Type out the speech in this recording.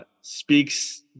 speaks